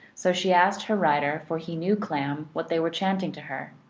so she asked her rider for he knew clam what they were chanting to her.